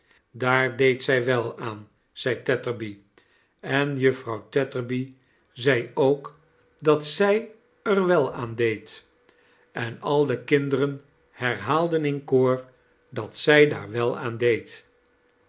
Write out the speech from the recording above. daar deed zij wel aan zei tetterby en juffrouw tetterby zei ook chaeles dickens dat zij er wel aan deed en al de kinderen herhaalden in koor dat zij dar wel aan deed